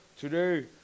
today